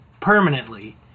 permanently